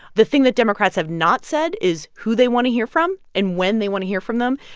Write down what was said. the thing that democrats have not said is who they want to hear from and when they want to hear from them.